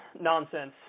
nonsense